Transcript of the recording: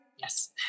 Yes